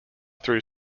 through